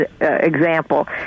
example